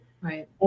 right